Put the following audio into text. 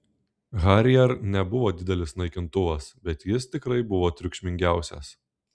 harrier nebuvo didelis naikintuvas bet jis tikrai buvo triukšmingiausias